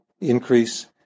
increase